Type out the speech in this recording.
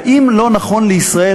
האם לא נכון לישראל,